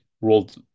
World